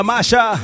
Masha